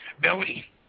Billy